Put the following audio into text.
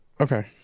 Okay